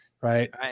Right